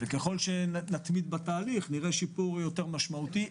ככל שנתמיד בתהליך נראה שיפור יותר משמעותי.